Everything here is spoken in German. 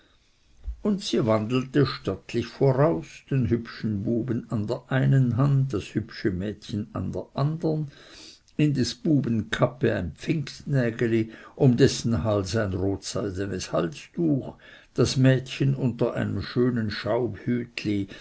und sie wandelte stattlich voraus den hübschen buben an der einen hand das hübsche mädchen an der andern in des buben kappe ein pfingstnägeli um dessen hals ein rotseidenes halstuch das mädchen unter einem schönen